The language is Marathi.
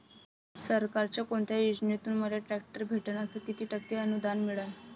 सरकारच्या कोनत्या योजनेतून मले ट्रॅक्टर भेटन अस किती टक्के अनुदान मिळन?